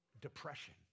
Depression